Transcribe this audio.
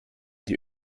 die